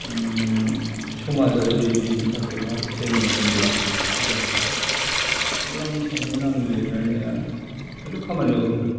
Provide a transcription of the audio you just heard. उम समाजा जुदि बेनि थाखाय मा फिथाइ मोन्दोंब्ला मोजां फिथाइ अब्ला आं सानगोन आंनि लिरनाया हयथ' खामानियाव होगोन